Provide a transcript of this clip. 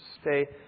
Stay